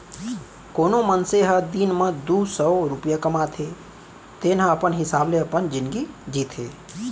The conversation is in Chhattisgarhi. कोनो मनसे ह दिन म दू सव रूपिया कमाथे तेन ह अपन हिसाब ले अपन जिनगी जीथे